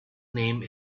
name